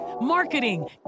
marketing